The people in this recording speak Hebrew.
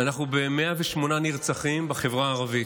אנחנו ב-108 נרצחים בחברה הערבית.